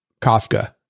Kafka